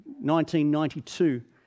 1992